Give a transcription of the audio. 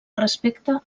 respecte